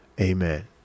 Amen